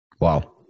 Wow